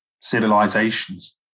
civilizations